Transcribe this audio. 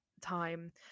time